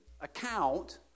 account